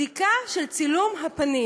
עם דרכון ביומטרי אפילו, רק בדיקה של צילום הפנים.